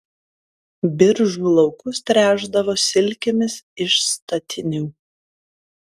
biržų laukus tręšdavo silkėmis iš statinių